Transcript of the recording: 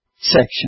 section